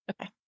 Okay